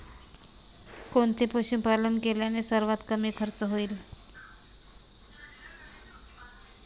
कोणते पशुपालन केल्याने सर्वात कमी खर्च होईल?